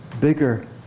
bigger